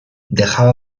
dejaba